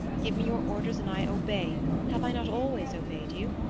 give me your orders and i obey have i not always obeyed you?